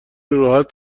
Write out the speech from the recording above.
راحت